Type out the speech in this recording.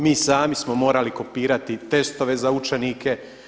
Mi sami smo morali kopirati testove za učenike.